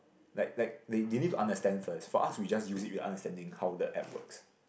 like like they they need to understand first for us we just use it we understand how the app works